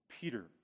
Peter